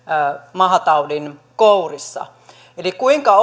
mahataudin kourissa kuinka